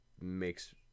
makes